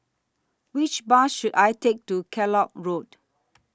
Which Bus should I Take to Kellock Road